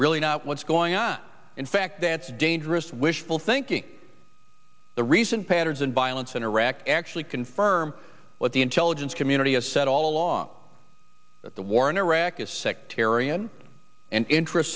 really not what's going on in fact that's dangerous wishful thinking the recent patterns and violence in iraq actually confirm what the intelligence community has said all along that the war in iraq is sectarian interest